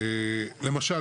למשל,